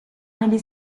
negli